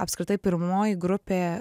apskritai pirmoji grupė